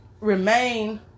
remain